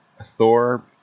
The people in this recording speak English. Thor